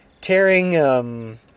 tearing